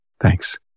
Thanks